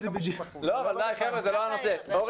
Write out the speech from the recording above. זה לא הנושא.